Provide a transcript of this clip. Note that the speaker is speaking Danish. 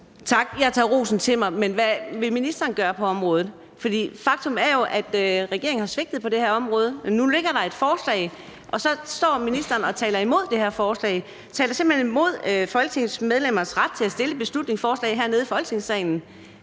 Tak. Jeg tager rosen til mig, men hvad vil ministeren gøre på området? For faktum er jo, at regeringen har svigtet på det her område, men nu er der fremsat et forslag, og så står ministeren og taler imod det, taler simpelt hen imod Folketingets medlemmers ret til at fremsætte et beslutningsforslag hernede i Folketingssalen.